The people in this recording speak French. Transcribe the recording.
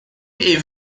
est